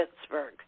Pittsburgh